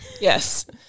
yes